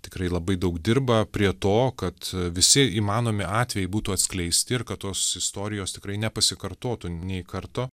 tikrai labai daug dirba prie to kad visi įmanomi atvejai būtų atskleisti ir kad tos istorijos tikrai nepasikartotų nė karto